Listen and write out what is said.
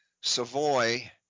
Savoy